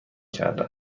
کرده